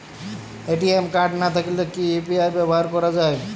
ATM card না থাকলে কি ইউ.পি.আই ব্যবহার করা য়ায়?